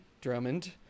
Drummond